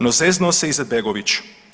No zeznuo se Izetbegović.